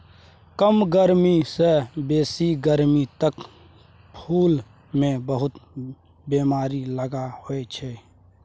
कम गरमी सँ बेसी गरमी तक फुल मे बहुत बेमारी लखा होइ छै